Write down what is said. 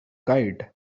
guide